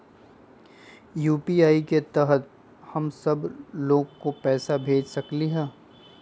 UPI के तहद हम सब लोग को पैसा भेज सकली ह?